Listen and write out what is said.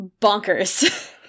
bonkers